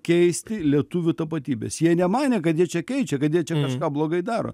keisti lietuvių tapatybės jie nemanė kad jie čia keičia kad jie čia kažką blogai daro